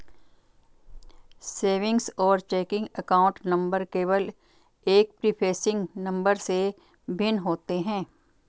savings और checking account number केवल एक प्रीफेसिंग नंबर से भिन्न होते हैं